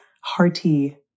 hearty